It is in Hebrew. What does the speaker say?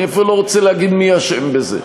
אני אפילו לא רוצה להגיד מי אשם בזה.